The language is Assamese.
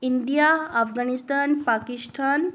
ইণ্ডিয়া আফগানিস্তান পাকিস্তান